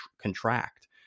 contract